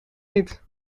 niet